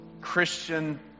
Christian